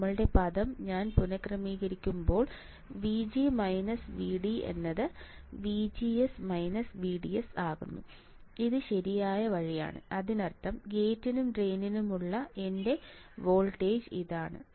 ഞങ്ങളുടെ പദം ഞാൻ പുനക്രമീകരിക്കുകയാണെങ്കിൽ VG VD VGS VDS അത് ശരിയായ വഴിയാണ് അതിനർത്ഥം ഗേറ്റിലും ഡ്രെയിനിലുമുള്ള എന്റെ വോൾട്ടേജ് ഇതാണ്